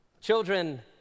Children